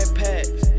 packs